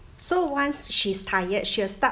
so once she's tired she'll start